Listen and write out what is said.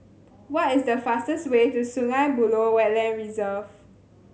what is the fastest way to Sungei Buloh Wetland Reserve